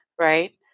right